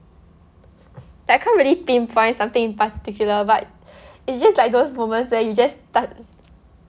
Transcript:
but I can't really pinpoint something in particular but it's just like those moments where you just start